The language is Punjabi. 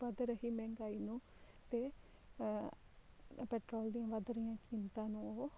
ਵੱਧ ਰਹੀ ਮਹਿੰਗਾਈ ਨੂੰ ਅਤੇ ਪੈਟਰੋਲ ਦੀਆਂ ਵੱਧ ਰਹੀਆਂ ਕੀਮਤਾਂ ਨੂੰ ਉਹ